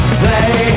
play